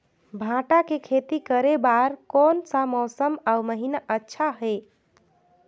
भांटा के खेती करे बार कोन सा मौसम अउ महीना अच्छा हे?